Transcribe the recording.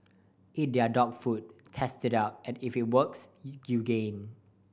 eat their dog food test it out and if it works you gain